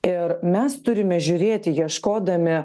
ir mes turime žiūrėti ieškodami